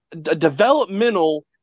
developmental